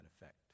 effect